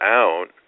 out